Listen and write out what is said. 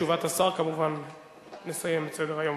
ואחרי תשובת השר נסיים את סדר-היום.